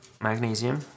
magnesium